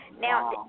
Now